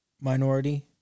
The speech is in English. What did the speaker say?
minority